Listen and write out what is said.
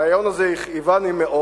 הרעיון הזה הכאיבני מאוד.